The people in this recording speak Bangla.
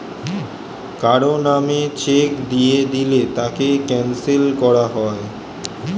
কারো নামে চেক দিয়ে দিলে তাকে ক্যানসেল করা যায়